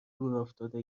دورافتاده